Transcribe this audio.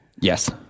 Yes